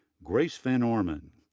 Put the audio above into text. grace van orman,